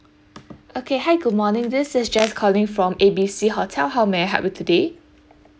okay hi good morning this is jess calling from A B C hotel how may I help you today